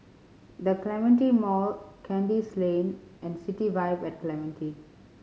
The Clementi Mall Kandis Lane and City Vibe at Clementi